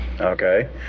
Okay